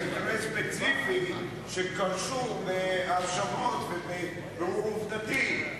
זה אינטרס ספציפי שקשור בהאשמות ובבירור עובדתי,